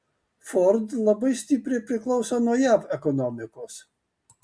ford labai stipriai priklauso nuo jav ekonomikos